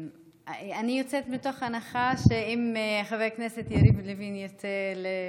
אני יוצאת מתוך הנחה שאם חבר הכנסת יריב לוין ירצה לדבר,